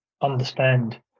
understand